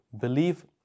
believe